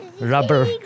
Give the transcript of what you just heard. rubber